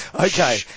Okay